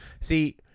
See